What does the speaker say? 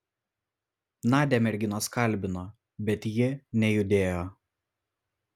nadią merginos kalbino bet ji nejudėjo